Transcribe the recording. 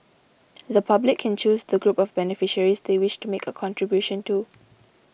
the public can choose the group of beneficiaries they wish to make a contribution to